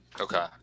Okay